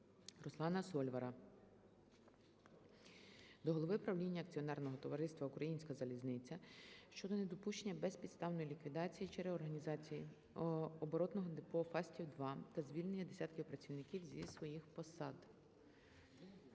Руслана Сольвара до голови правління акціонерного товариства "Українська залізниця" щодо недопущення безпідставної ліквідації чи реорганізації оборотного депо Фастів-2 та звільнення десятків працівників зі своїх посад.